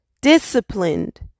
disciplined